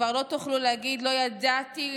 כבר לא תוכלו להגיד: לא ידעתי,